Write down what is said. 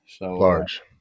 Large